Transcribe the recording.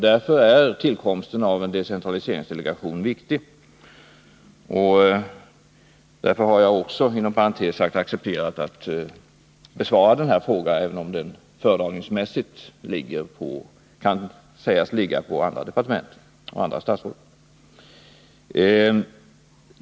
Därför är tillkomsten av en decentraliseringsdelegation viktig och därför har jag också, inom parentes sagt, accepterat att besvara denna fråga, även om den föredragningsmässigt kan sägas höra till andra departement och andra statsråd.